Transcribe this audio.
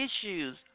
issues